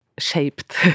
shaped